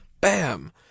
Bam